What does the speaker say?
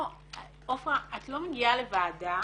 לא, עפרה, את לא מגיעה לוועדה